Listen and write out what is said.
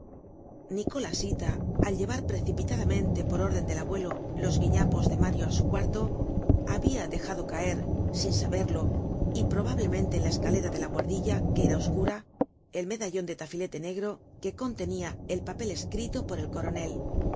colasila al llevar precipitadamente por orden del abuelo los guiñapos de mario á su cuarto habia dejado caer sin saberlo y probablemente en la escalera de la buhardilla que era oscura el medallon de tafilete negro que contenia el papel escrito por el coronel